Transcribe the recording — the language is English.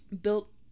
built